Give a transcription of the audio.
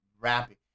rapping